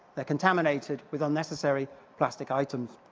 they're contaminated with unnecessary plastic items.